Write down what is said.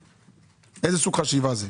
איזה סוג חשיבה זה?